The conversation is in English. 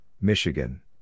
Michigan